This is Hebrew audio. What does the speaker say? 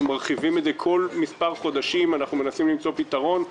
אנחנו מרחיבים את זה כל מספר חודשים ומנסים למצוא פתרון.